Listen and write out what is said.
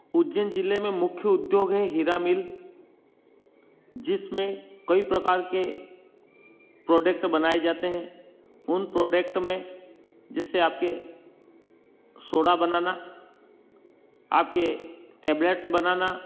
उज्जैन जिले में मुख्य उद्योग है हीरा मिल जिसमें कई प्रकार के प्रोडक्ट बनाए जाते हैं उन प्रोडक्ट में जिससे आपके सोडा बनाना आपके टेबलेट्स बनाना